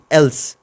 else